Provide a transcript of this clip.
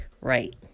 Right